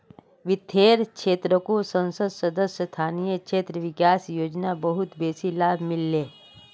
वित्तेर क्षेत्रको संसद सदस्य स्थानीय क्षेत्र विकास योजना बहुत बेसी लाभ मिल ले